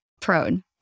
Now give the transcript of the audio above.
prone